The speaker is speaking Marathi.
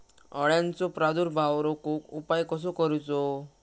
अळ्यांचो प्रादुर्भाव रोखुक उपाय कसो करूचो?